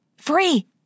Free